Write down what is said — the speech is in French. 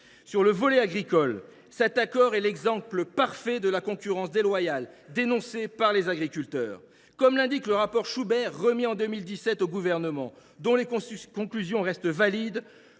Sur le volet agricole, cet accord est l’exemple parfait de la concurrence déloyale dénoncée par les agriculteurs. Comme l’indique le rapport Schubert remis en 2017 au Gouvernement, dont les conclusions restent valides,